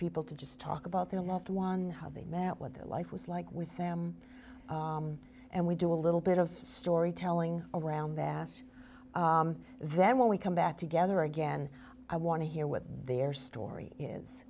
people to just talk about their loved one how they met what their life was like with them and we do a little bit of storytelling around that then when we come back together again i want to hear what their story is